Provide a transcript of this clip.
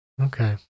Okay